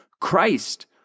Christ